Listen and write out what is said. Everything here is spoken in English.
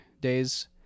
days